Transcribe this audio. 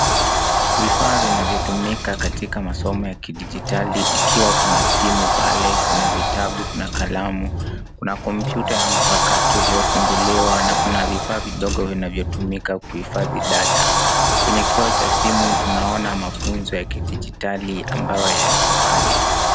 Vifaa vinavyotumika katika masomo ya kidijitali ikiwa kuna simu pale, kuna vitabu, kuna kalamu, kuna kompyuta ya mpakato iliyofunguliwa na kuna vifaa vidogo vilivyotumika kuhifadhi data. Kwenye kioo cha simu tunaona mafunzo ya kidijitali ambayo yako pale.